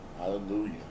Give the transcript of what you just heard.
Hallelujah